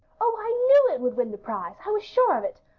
oh, i knew it would win the prize i was sure of it.